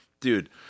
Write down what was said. Dude